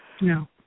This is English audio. No